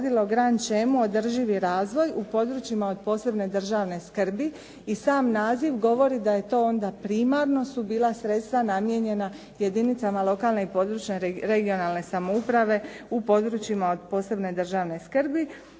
grand shemu Održivi razvoj u područjima od posebne državne skrbi. I sam naziv govori da to onda primarno su bila sredstava namijenjena jedinicama lokalne i područne regionalne samouprave u područjima od posebne državne skrbi